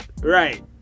right